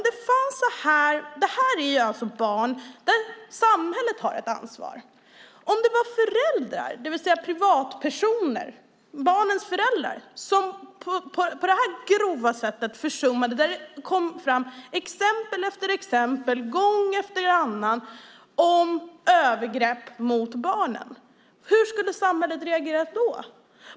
Detta är alltså barn där samhället har ett ansvar. Jag undrar: Om det var barnens föräldrar, det vill säga privatpersoner, som försummade på detta grova sätt och det gång efter annan kom fram exempel efter exempel om övergrepp mot barnen - hur skulle samhället reagera då?